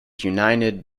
united